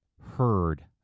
heard